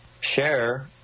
share